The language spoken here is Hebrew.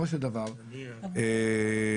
בסופו של דבר, בעקבות